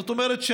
זאת אומרת,